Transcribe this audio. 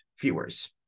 viewers